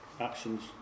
actions